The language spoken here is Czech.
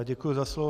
Děkuji za slovo.